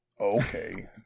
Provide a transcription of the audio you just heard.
Okay